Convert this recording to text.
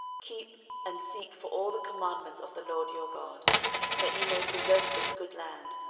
keep and seek for all the commandments of the lord your god that ye may possess this good land,